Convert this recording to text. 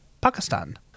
Pakistan